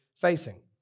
facing